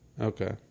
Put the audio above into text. Okay